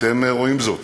אתם רואים זאת,